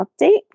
update